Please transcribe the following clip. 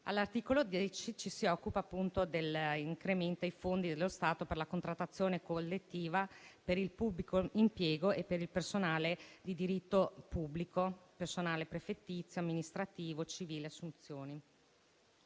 All'articolo 10 ci si occupa dell'incremento dei fondi dello Stato per la contrattazione collettiva per il pubblico impiego e per il personale di diritto pubblico (personale prefettizio, amministrativo, civile e assunzioni).